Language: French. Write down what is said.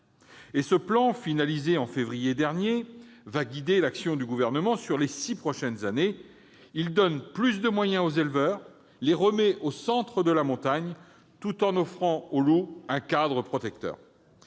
Ce plan, finalisé en février dernier, guidera l'action du Gouvernement sur les six prochaines années. Il offre plus de moyens aux éleveurs et les remet au centre de la montagne, tout en offrant au loup un cadre protecteur.